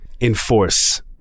enforce